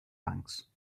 banks